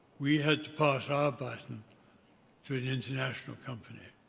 we had to pass our button to an international company.